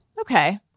okay